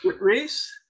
Reese